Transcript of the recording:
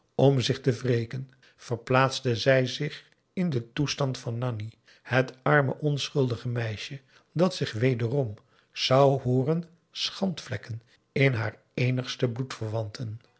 om zich te wreken verplaatste zij zich in den toestand van nanni het arme onschuldige meisje dat zich wederom p a daum hoe hij raad van indië werd onder ps maurits zou hooren schandvlekken in haar